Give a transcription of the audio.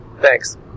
Thanks